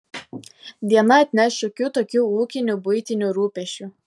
diena atneš šiokių tokių ūkinių buitinių rūpesčių